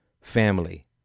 family